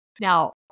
Now